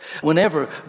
Whenever